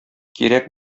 кирәк